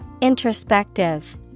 Introspective